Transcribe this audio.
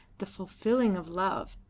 the fulfilling of love,